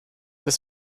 des